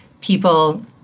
People